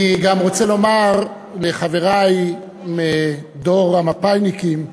אני גם רוצה לומר לחברי מדור המפא"יניקים,